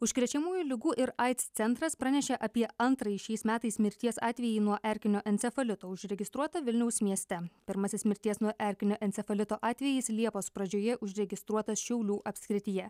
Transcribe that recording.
užkrečiamųjų ligų ir aids centras pranešė apie antrąjį šiais metais mirties atvejį nuo erkinio encefalito užregistruotą vilniaus mieste pirmasis mirties nuo erkinio encefalito atvejis liepos pradžioje užregistruotas šiaulių apskrityje